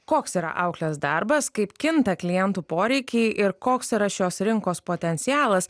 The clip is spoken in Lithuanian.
koks yra auklės darbas kaip kinta klientų poreikiai ir koks yra šios rinkos potencialas